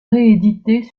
réédités